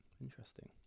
Interesting